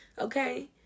okay